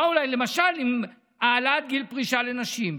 באו אליי למשל עם העלאת גיל פרישה לנשים.